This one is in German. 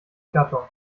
gattung